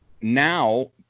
now –